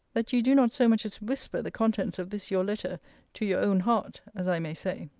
that you do not so much as whisper the contents of this your letter to your own heart, as i may say.